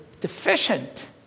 deficient